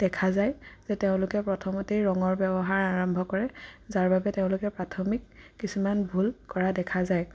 দেখা যায় যে তেওঁলোকে প্ৰথমতে ৰঙৰ ব্যৱহাৰ আৰম্ভ কৰে যাৰবাবে তেওঁলোকে প্ৰাথমিক কিছুমান ভুল কৰা দেখা যায়